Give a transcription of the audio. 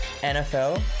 NFL